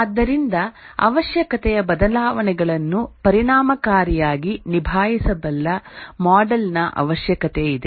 ಆದ್ದರಿಂದ ಅವಶ್ಯಕತೆಯ ಬದಲಾವಣೆಗಳನ್ನು ಪರಿಣಾಮಕಾರಿಯಾಗಿ ನಿಭಾಯಿಸಬಲ್ಲ ಮಾಡೆಲ್ ನ ಅವಶ್ಯಕತೆಯಿದೆ